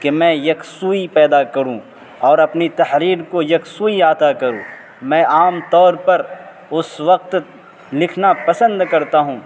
کہ میں یکسوئی پیدا کروں اور اپنی تحریر کو یکسوئی عطا کروں میں عام طور پر اس وقت لکھنا پسند کرتا ہوں